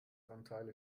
anteile